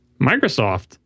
Microsoft